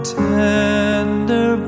tender